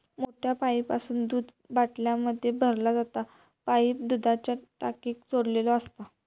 मोठ्या पाईपासून दूध बाटल्यांमध्ये भरला जाता पाईप दुधाच्या टाकीक जोडलेलो असता